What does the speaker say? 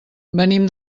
venim